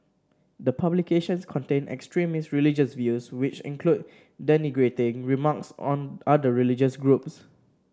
the publications contain extremist religious views which include denigrating remarks on other religious groups